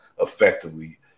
effectively